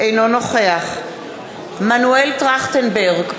אינו נוכח מנול טרכטנברג,